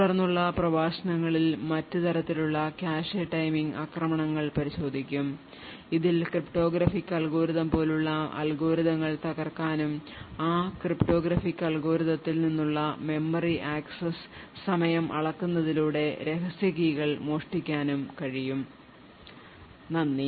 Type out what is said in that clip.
തുടർന്നുള്ള പ്രഭാഷണങ്ങളിൽ മറ്റ് തരത്തിലുള്ള കാഷെ ടൈമിംഗ് ആക്രമണങ്ങൾ പരിശോധിക്കും അതിൽ ക്രിപ്റ്റോഗ്രാഫിക് അൽഗോരിതം പോലുള്ള അൽഗോരിതങ്ങൾ തകർക്കാനും ആ ക്രിപ്റ്റോ ഗ്രാഫിക് അൽഗോരിതത്തിൽ നിന്നുള്ള മെമ്മറി ആക്സസ് സമയം അളക്കുന്നതിലൂടെ രഹസ്യ കീകൾ മോഷ്ടിക്കാനുമാകും നന്ദി